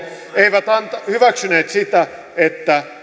eivät hyväksyneet sitä että